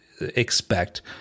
expect –